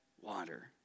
water